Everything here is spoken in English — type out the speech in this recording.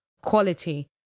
quality